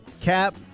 Cap